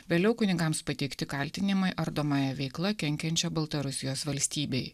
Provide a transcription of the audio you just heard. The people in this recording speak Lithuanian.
vėliau kunigams pateikti kaltinimai ardomąja veikla kenkiančia baltarusijos valstybei